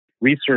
research